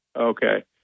Okay